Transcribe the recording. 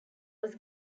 was